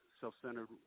self-centered